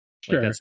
Sure